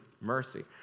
Mercy